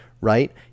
right